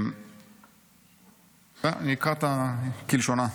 אני אקרא אותה כלשונה.